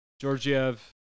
Georgiev